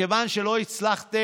מכיוון שלא הצלחתם